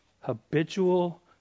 habitual